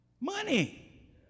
Money